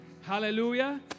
hallelujah